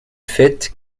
faite